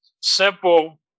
simple